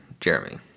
Jeremy